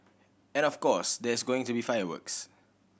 and of course there's going to be fireworks